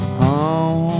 home